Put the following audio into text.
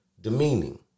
demeaning